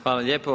Hvala lijepo.